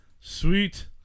Sweet